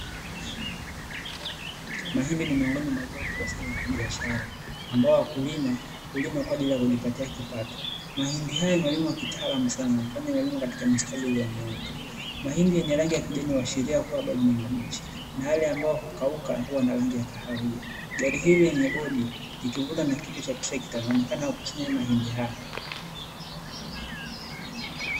Mahindi ni miongoni mwa zao kubwa sana la kibiashara, ambao wakulima hulima kwa ajili ya kujipatia kipato, mahindi haya yamelimwa kitaalamu sana kwani yamelimwa kwenye mistari iliyonyooka mahindi yenye rangi ya kijani huashiria kuwa bado ni mabichi na yale ambayo hukauka huwa na rangi ya kahawia, gari hili lenye bodi likivutwa na kichwa cha trekta linaonekana likikusanya mahindi hayo.